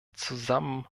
zusammen